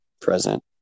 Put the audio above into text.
present